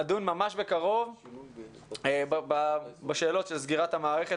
נדון ממש בקרוב בשאלות של סגירת המערכת